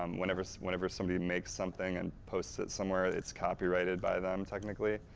um whenever whenever somebody makes something and posts it somewhere it's copyrighted by them technically.